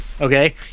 Okay